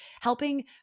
helping